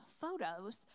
photos